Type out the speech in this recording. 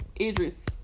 Idris